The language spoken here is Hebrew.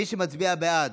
מי שמצביע בעד,